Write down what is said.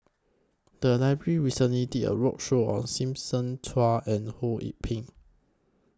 The Library recently did A roadshow on Simon Chua and Ho Yee Ping